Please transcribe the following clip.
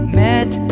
met